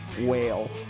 Whale